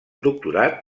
doctorat